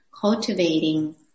cultivating